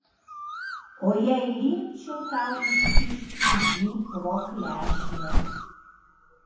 o jei liepčiau tau iškišti jį pro klešnę